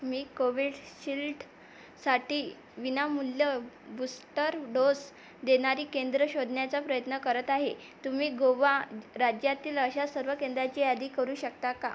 मी Covishield साठी विनामूल्य booster dose देणारी केंद्रं शोधण्याचा प्रयत्न करत आहे तुम्ही गोवा राज्यातील अशा सर्व केंद्राची यादी करू शकता का